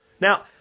Now